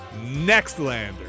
NEXTLANDER